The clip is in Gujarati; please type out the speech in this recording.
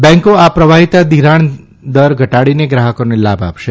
બેન્કો આ પ્રવાહીતાના ઘિરાણદર ઘટાડીને ગ્રાહકોને લાભ આપશે